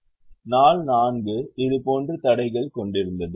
மற்றும் நாள் 4 இது போன்ற தடைகளைக் கொண்டிருந்தது